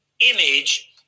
image